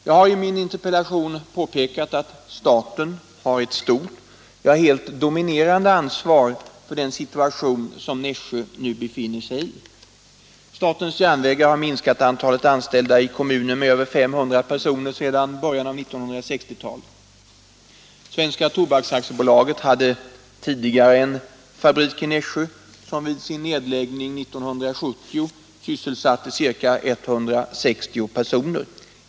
Jag har i min interpellation påpekat att staten har ett stort, ja, helt dominerande ansvar för den situation som Nässjö nu befinner sig i. Statens järnvägar har minskat antalet anställda i kommunen med över 500 personer sedan början av 1960-talet. Svenska Tobaks AB hade tidigare en fabrik i Nässjö som vid sin nedläggning 1970 sysselsatte ca 160 personer.